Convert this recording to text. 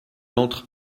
entre